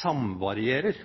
samvarierer